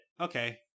Okay